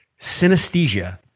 Synesthesia